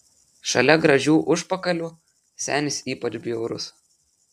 šalia gražių užpakalių senis ypač bjaurus